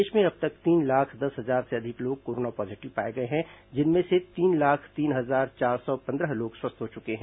प्रदेश में अब तक तीन लाख दस हजार से अधिक लोग कोरोना पॉजीटिव पाए गए हैं जिनमें से तीन लाख तीन हजार चार सौ पंद्रह लोग स्वस्थ हो चूके हैं